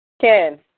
Ken